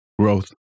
growth